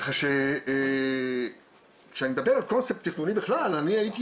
כך כשאני מדבר על קונספט תכנוני בכלל הייתי